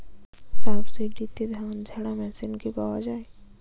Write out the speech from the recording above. সাবসিডিতে ধানঝাড়া মেশিন কি পাওয়া য়ায়?